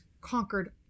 conquered